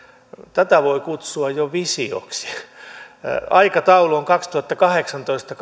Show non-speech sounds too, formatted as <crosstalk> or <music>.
tätä voi kutsua jo visioksi aikataulu on kaksituhattakahdeksantoista <unintelligible>